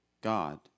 God